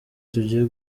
tugiye